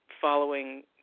following